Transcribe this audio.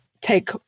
take